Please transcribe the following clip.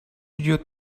идет